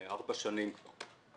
ארבע שנים כבר.